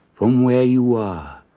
from where you are,